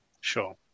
Sure